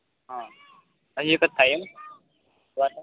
હા અહીં એક જ થાય એમ દ્રારકા